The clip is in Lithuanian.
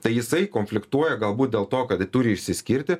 tai jisai konfliktuoja galbūt dėl to kad turi išsiskirti